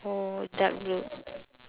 orh dark blue